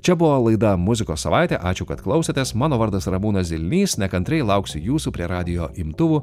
čia buvo laida muzikos savaitė ačiū kad klausotės mano vardas ramūnas zilnys nekantriai lauksiu jūsų prie radijo imtuvų